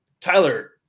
Tyler